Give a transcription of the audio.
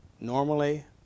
normally